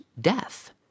death